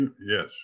Yes